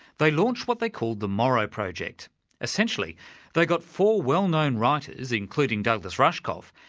they launched what they called the morrow project essentially they got four well-known writers, including douglas rushkoff,